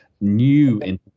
new